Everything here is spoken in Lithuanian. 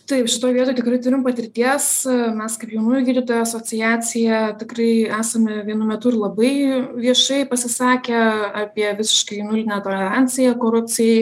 taip šitoj vietoj tikrai turim patirties mes kaip jaunųjų gydytojų asociacija tikrai esame vienu metu ir labai viešai pasisakę apie visiškai nulinę toleranciją korupcijai